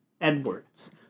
Edwards